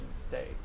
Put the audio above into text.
state